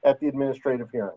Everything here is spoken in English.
at the administrative he